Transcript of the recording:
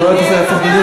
חבר הכנסת כבל,